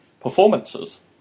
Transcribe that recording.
performances